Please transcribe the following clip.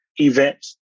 event